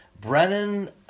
Brennan